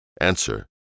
Answer